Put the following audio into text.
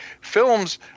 films